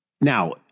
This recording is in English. Now